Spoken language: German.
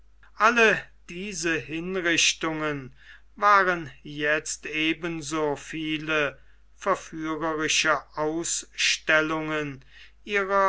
alle diese hinrichtungen waren jetzt eben so viele verführerische ausstellungen ihrer